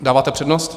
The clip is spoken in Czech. Dáváte přednost?